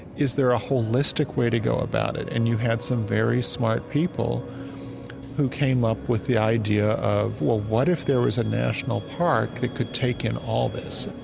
is there a holistic way to go about it? and you had some very smart people who came up with the idea of, well, what if there was a national park that could take in all this?